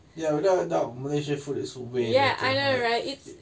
ya without a doubt malaysia food is good way macam